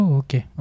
okay